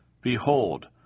Behold